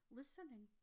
listening